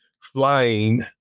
flying